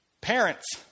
Parents